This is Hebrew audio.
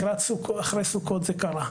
אחרי סוכות זה קרה.